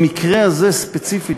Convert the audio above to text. במקרה הזה ספציפית,